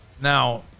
Now